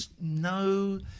no